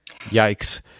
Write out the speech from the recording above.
Yikes